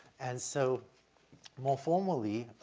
and so more formally,